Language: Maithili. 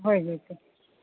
होय जेतै